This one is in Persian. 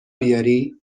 بیاری